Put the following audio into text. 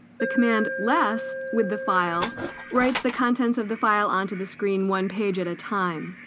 the command less with the file writes the contents of the file onto the screen one page at a time